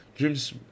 Dreams